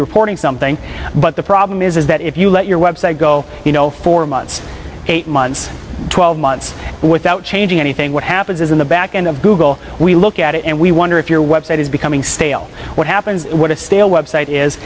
be reporting something but the problem is that if you let your website go you know for months eight months twelve months without changing anything what happens is in the back end of google we look at it and we wonder if your website is becoming stale what happens what a stale website is